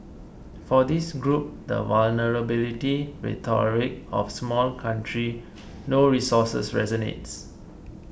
for this group the vulnerability rhetoric of small country no resources resonates